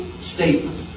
statement